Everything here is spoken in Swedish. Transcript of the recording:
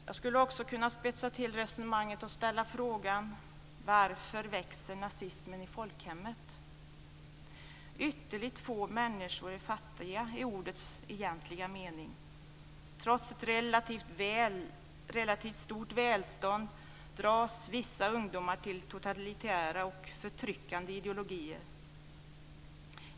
Jag skulle kunna spetsa till resonemanget och ställa frågan: Varför växer nazismen i folkhemmet? Ytterligt få människor är fattiga i ordets egentliga mening. Trots ett relativt stort välstånd dras vissa ungdomar till totalitära och förtryckande ideologier.